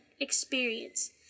experience